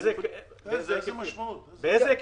באיזה היקפים?